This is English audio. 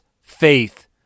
faith